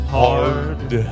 hard